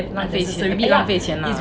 浪费钱 very 浪费钱啦